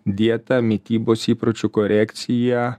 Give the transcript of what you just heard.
dieta mitybos įpročių korekcija